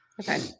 Okay